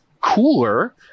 cooler